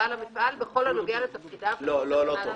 לבעל המפעל בכל הנוגע לתפקידיו לפי תקנה זו.